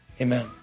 Amen